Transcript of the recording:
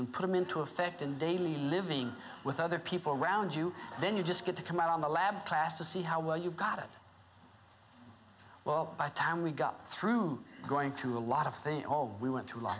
and put them into effect in daily living with other people around you then you just get to come out on the lab class to see how well you got it well by the time we got through going to a lot of things we want to l